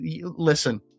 Listen